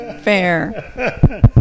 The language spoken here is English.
fair